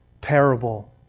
parable